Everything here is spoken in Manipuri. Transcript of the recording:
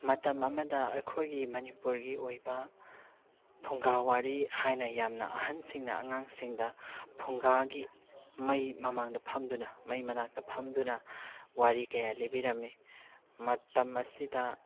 ꯃꯇꯝ ꯑꯃꯗ ꯑꯩꯈꯣꯏꯒꯤ ꯃꯅꯤꯄꯨꯔꯒꯤ ꯑꯣꯏꯕ ꯐꯨꯡꯒꯥ ꯋꯥꯔꯤ ꯍꯥꯏꯅ ꯌꯥꯝꯅ ꯑꯍꯟꯁꯤꯡꯅ ꯑꯉꯥꯡꯁꯤꯡꯗ ꯐꯨꯡꯒꯥꯒꯤ ꯃꯩ ꯃꯃꯥꯡꯗ ꯐꯝꯗꯨꯅ ꯃꯩ ꯃꯅꯥꯛꯇ ꯐꯝꯗꯨꯅ ꯋꯥꯔꯤ ꯀꯌꯥ ꯂꯤꯕꯤꯔꯝꯃꯤ ꯃꯇꯝ ꯑꯁꯤꯗ